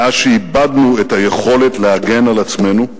מאז איבדנו את היכולת להגן על עצמנו,